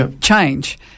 change